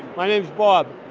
my name's bob.